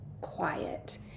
quiet